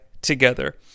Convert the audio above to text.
together